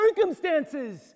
circumstances